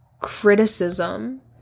criticism